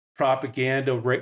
Propaganda